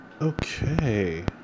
Okay